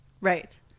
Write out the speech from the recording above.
right